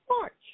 march